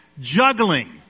juggling